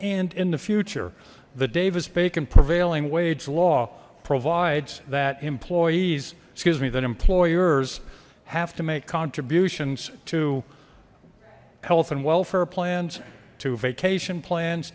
and in the future the davis bacon prevailing wage law provides that employees excuse me that employers have to make contributions to health and welfare plans to vacation plans